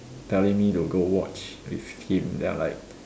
telling me to go watch with him then I like